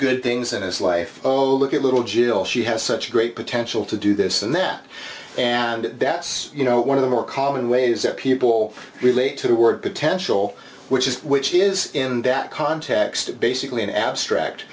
good things in his life oh look at little jill she has such great potential to do this and that and that's you know one of the more common ways that people relate to the word potential which is which is in that context basically an abstract